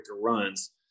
runs